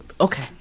Okay